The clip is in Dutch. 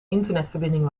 internetverbinding